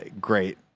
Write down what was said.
great